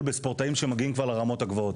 בספורטאים שמגיעים כבר לרמות הגבוהות.